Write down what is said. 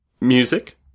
music